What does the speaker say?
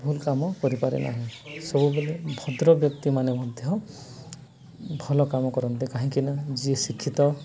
ଭୁଲ କାମ କରିପାରେ ନାହିଁ ସବୁବେଳେ ଭଦ୍ର ବ୍ୟକ୍ତିମାନେ ମଧ୍ୟ ଭଲ କାମ କରନ୍ତି କାହିଁକି ନା ଯିଏ ଶିକ୍ଷିତ